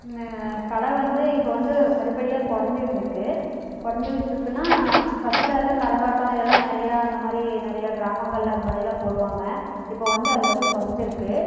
கலை வந்து இப்போ வந்து படிப்படியாக குறைஞ்சிக்கிட்டு இருக்குது குறைஞ்சிக்கிட்டு இருக்குதுனா ஃபஸ்டில் வந்து கரகாட்டம் இதெல்லாம் நிறைய அந்தமாதிரி நிறைய கிராமங்கள்ல அதுமாதிரி எல்லாம் போடுவாங்க இப்போ வந்து அது வந்து குறஞ்சிருக்குது